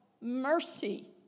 mercy